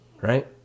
right